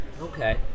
Okay